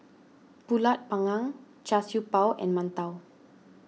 Pulut Panggang Char Siew Bao and Mantou